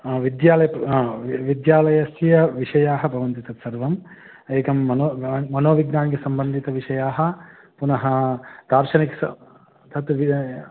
हा विद्यालयः तु हा वि विद्यालयस्य विषयाः भवन्ति तत् सर्वम् एकं मनो मन् मनोविज्ञानिकसम्बन्धितविषयाः पुनः दार्शनिकं स तत् वि